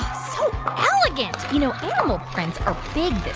so elegant. you know, animal prints are big this